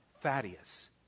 Thaddeus